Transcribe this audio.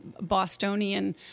Bostonian